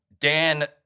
Dan